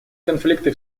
конфликты